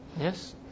Yes